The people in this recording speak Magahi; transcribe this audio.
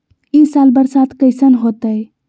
ई साल बरसात कैसन होतय?